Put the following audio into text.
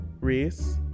Reese